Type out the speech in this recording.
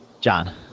John